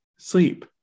Sleep